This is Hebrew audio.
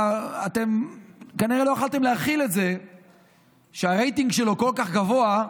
אתם כנראה לא יכולתם להכיל את זה שהרייטינג שלו כל כך גבוה,